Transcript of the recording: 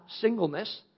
singleness